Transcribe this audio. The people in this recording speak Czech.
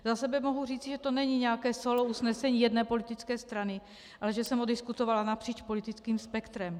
Za sebe mohu říci, že to není nějaké sólo usnesení jedné politické strany, ale že jsem ho diskutovala napříč politickým spektrem.